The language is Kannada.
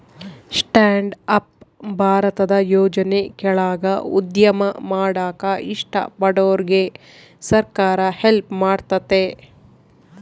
ಸ್ಟ್ಯಾಂಡ್ ಅಪ್ ಭಾರತದ ಯೋಜನೆ ಕೆಳಾಗ ಉದ್ಯಮ ಮಾಡಾಕ ಇಷ್ಟ ಪಡೋರ್ಗೆ ಸರ್ಕಾರ ಹೆಲ್ಪ್ ಮಾಡ್ತತೆ